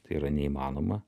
tai yra neįmanoma